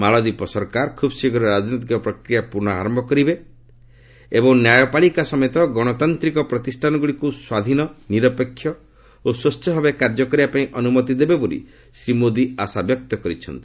ମାଳଦ୍ୱୀପ ସରକାର ଖୁବ୍ଶୀଘ୍ର ରାଜନୈତିକ ପ୍ରକ୍ରିୟା ପୁନଃ ଆରମ୍ଭ କରିବେ ଏବଂ ନ୍ୟାୟପାଳିକା ସମେତ ଗଣତାନ୍ତ୍ରିକ ପ୍ରତିଷ୍ଠାନଗୁଡ଼ିକୁ ସ୍ୱାଧୀନ ନିରପେକ୍ଷ ଓ ସ୍ପଚ୍ଛ ଭାବେ କାର୍ଯ୍ୟ କରିବା ପାଇଁ ଅନୁମତି ଦେବେ ବୋଲି ଶ୍ରୀ ମୋଦି ଆଶାବ୍ୟକ୍ତ କରିଛନ୍ତି